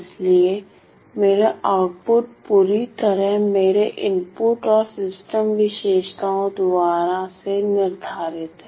इसलिए मेरा आउटपुट पूरी तरह मेरे इनपुट और सिस्टम विशेषताओं द्वारा से निर्धारित है